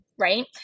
right